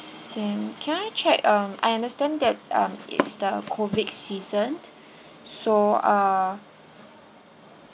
then can I check um I understand that um it's the COVID seasoned so uh